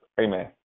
Amen